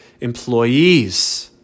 employees